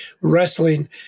wrestling